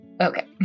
Okay